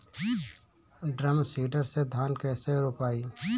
Drum seeder से धान कैसे रोपाई?